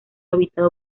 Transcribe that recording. habitado